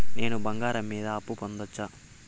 నేను బంగారం మీద అప్పు పొందొచ్చా?